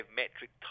metric